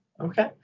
okay